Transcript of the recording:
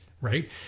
right